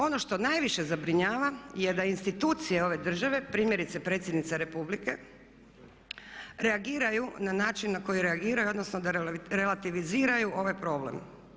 Ono što najviše zabrinjava je da institucije ove države primjerice Predsjednica Republike reagiraju na način na koji reagiraju odnosno da relativiziraju ovaj problem.